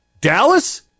Dallas